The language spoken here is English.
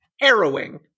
harrowing